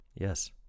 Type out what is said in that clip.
Yes